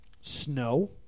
snow